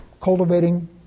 cultivating